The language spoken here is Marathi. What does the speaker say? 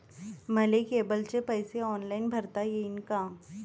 मले केबलचे पैसे ऑनलाईन भरता येईन का?